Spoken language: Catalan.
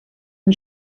amb